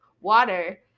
water